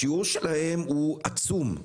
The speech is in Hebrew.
השיעור שלהם עצום.